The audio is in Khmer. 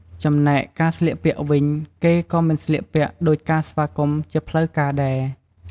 ចំណែកការស្លៀកពាក់វិញ គេក៏មិនស្លៀកពាក់ដូចការស្វាគមន៍ជាផ្លូវការដែរ។